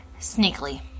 sneakily